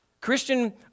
Christian